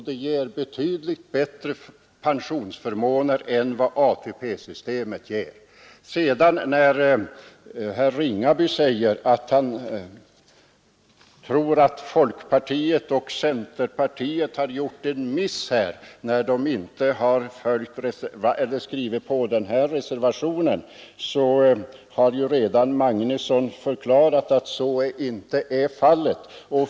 Det ger betydligt bättre pensionsförmåner än ATP systemet. Med anledning av herr Ringabys bedömning att folkpartiet och centerpartiet har gjort ett misstag när de inte har ställt sig bakom reservationen vill jag bara hänvisa till herr Magnussons i Nennesholm förklaring att så inte är fallet.